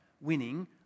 winning